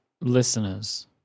listeners